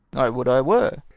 i would i were,